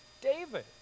David